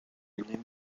emmené